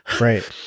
Right